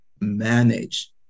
manage